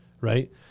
right